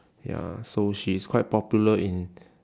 ya so she is quite popular in